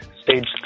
stage